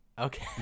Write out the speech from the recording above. Okay